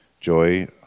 Joy